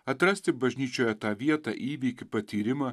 atrasti bažnyčioje tą vietą įvykį patyrimą